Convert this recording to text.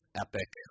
epic